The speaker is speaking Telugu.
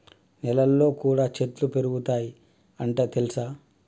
నెలల్లో కూడా చెట్లు పెరుగుతయ్ అంట తెల్సా